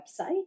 website